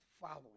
following